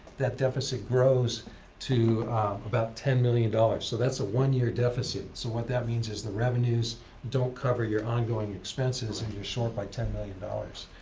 that deficit grows to about ten million dollars. so that's a one-year deficit. so what that means is the revenues don't cover your ongoing expenses if you're short by ten million dollars.